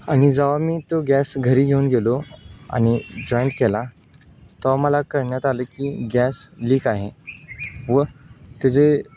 आणि जेव्हा मी तो गॅस घरी घेऊन गेलो आणि जॉईंट केला तेव्हा मला कळण्यात आलं की गॅस लीक आहे व त्याचे